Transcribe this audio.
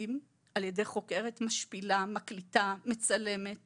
לרסיסים על ידי חוקרת משפילה, מקליטה, מצלמת